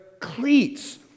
cleats